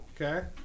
Okay